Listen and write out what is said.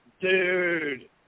dude